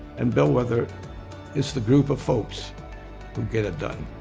and bellwether is the group of folks who get it done.